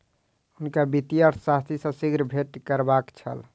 हुनका वित्तीय अर्थशास्त्री सॅ शीघ्र भेंट करबाक छल